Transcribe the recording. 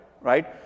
right